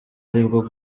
aribwo